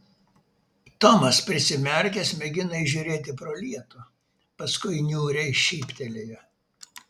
tomas prisimerkęs mėgino įžiūrėti pro lietų paskui niūriai šyptelėjo